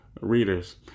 readers